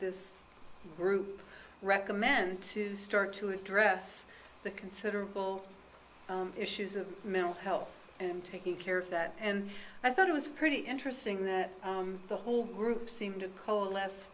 this group recommend to start to address the considerable issues of mental health and taking care of that and i thought it was pretty interesting that the whole group seemed to coal